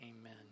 amen